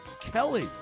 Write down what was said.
Kelly